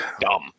Dumb